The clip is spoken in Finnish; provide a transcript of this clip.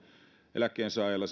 eläkkeensaajalla